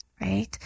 right